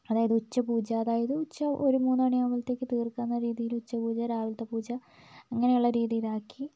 അതായത് ഉച്ചപൂജ അതായത് ഉച്ച ഒരു മൂന്ന് മണി ആവുമ്പോഴത്തേക്ക് തീർക്കാവുന്ന രീതിയിൽ ഉച്ചപൂജ രാവിലത്തെ പൂജ അങ്ങനെയുള്ള രീതിയിലാക്കി